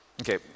Okay